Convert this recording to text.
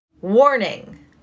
Warning